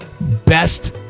Best